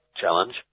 challenge